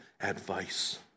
advice